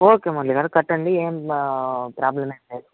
okay Murali గారు కట్టండి ఏం ప్రోబ్లమేమి లేదు